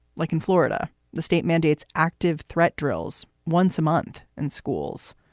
like in florida, the state mandates active threat drills once a month in schools.